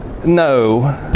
No